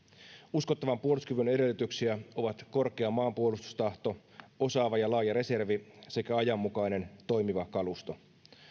uskottavan puolustuskyvyn edellytyksiä ovat korkea maanpuolustustahto osaava ja laaja reservi sekä ajanmukainen toimiva kalusto